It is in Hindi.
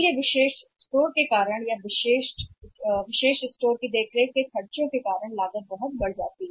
तो क्योंकि अनन्य दुकानों या विशेष दुकानों की लागत को बनाए रखना बंद हो जाता है बहुत ऊँचा